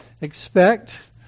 expect